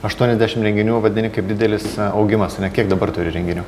aštuoniasdešim renginių vadini kaip didelis augimas ane kiek dabar turi renginių